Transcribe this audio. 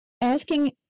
asking